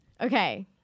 Okay